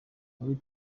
muri